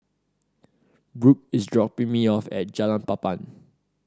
Brooke is dropping me off at Jalan Papan